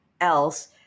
else